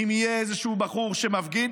אם יהיה איזה בחור שמפגין,